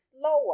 slower